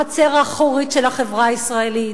בחצר האחורית של החברה הישראלית.